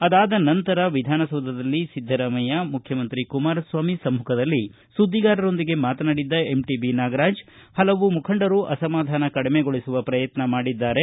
ಅದಾದ ನಂತರ ವಿಧಾನಸೌಧದಲ್ಲಿ ಸಿದ್ದರಾಮಯ್ಯ ಮುಖ್ಯಮಂತ್ರಿ ಕುಮಾರಸ್ವಾಮಿ ಸಮ್ಮುಖದಲ್ಲಿ ಸುದ್ದಿಗಾರರೊಂದಿಗೆ ಮಾತನಾಡಿದ್ದ ಎಂಟಿಐ ನಾಗರಾಜ ಪಲವು ಮುಖಂಡರು ಅಸಮಾಧಾನ ಕಡಿಮೆಗೊಳಿಸುವ ಪ್ರಯತ್ನ ಮಾಡಿದ್ದಾರೆ